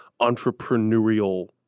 entrepreneurial